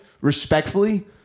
respectfully